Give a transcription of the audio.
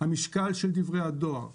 המשקל של דברי הדואר,